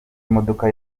imodoka